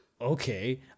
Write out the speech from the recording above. okay